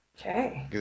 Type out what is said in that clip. Okay